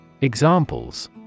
Examples